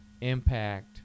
Impact